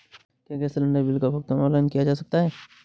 क्या gas cylinder bill का भुगतान ऑनलाइन किया जा सकता है?